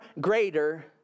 greater